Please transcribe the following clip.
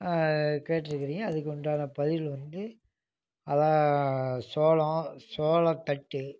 கேட்டுருக்கிறிங்க அதுக்கு உண்டான பதில் வந்து அதாக சோளம் சோளத்தட்டு